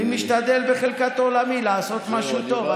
אני משתדל בחלקת עולמי לעשות משהו טוב.